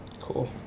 cool